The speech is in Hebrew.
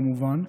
כמובן,